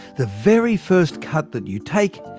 the very first cut that you take,